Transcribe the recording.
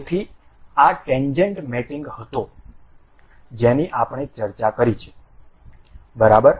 તેથી આ tangent mating હતી જેની આપણે ચર્ચા કરી છે બરાબર